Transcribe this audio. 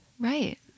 Right